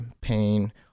pain